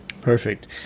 perfect